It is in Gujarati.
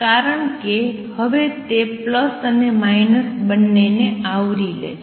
કારણ કે હવે તે પ્લસ અને માઇનસ બંનેને આવરી લે છે